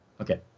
Okay